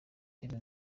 reba